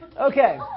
Okay